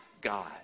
God